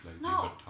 No